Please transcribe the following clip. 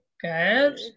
Good